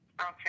Okay